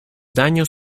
daños